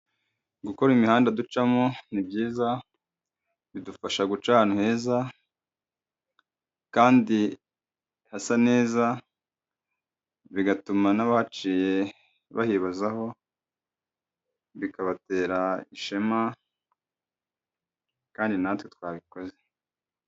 Gukora imihanda ducamo ni byiza, bidufasha guca ahantu heza kandi hasa neza, bigatuma n'abahaciye bahibazaho, bikabatera ishema kandi na twe twabikoze.